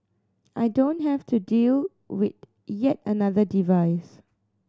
I don't have to deal with yet another device